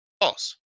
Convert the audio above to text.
False